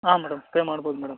ಹಾಂ madam pay ಮಾಡ್ಬೋದು madam